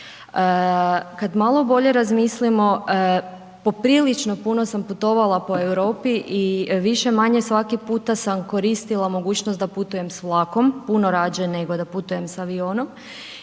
Kad malo razmislimo, poprilično puno sam putovala po Europi i više-manje svaki puta sam koristila mogućnost da putujem s vlakom, puno radije nego da putujem sa avionom